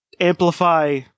amplify